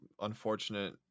unfortunate